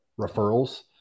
referrals